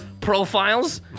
profiles